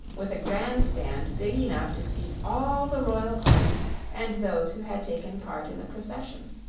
with a grandstand big enough to seat all the royal party and those who had taken part in the procession.